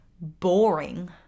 boring